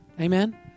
Amen